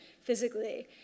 physically